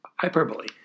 Hyperbole